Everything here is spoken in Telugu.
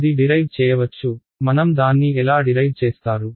ఇది డిరైవ్ చేయవచ్చు మనం దాన్ని ఎలా డిరైవ్ చేస్తారు